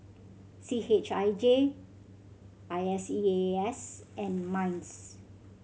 C H I J I S E A S and MINDS